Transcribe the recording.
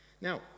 now